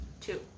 two